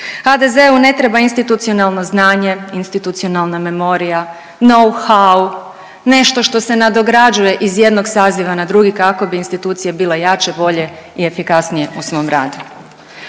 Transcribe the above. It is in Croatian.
HDZ-u ne treba institucionalno znanje, institucionalna memorija, nohow, nešto što se nadograđuje iz jednog saziva na drugi kako bi institucije bile jače, bolje i efikasnije u svom radu.